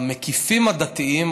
המקיפים הדתיים.